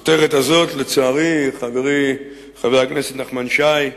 הכותרת הזאת, לצערי, חברי חבר הכנסת נחמן שי,